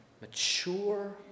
mature